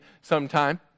sometime